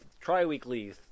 Tri-weekly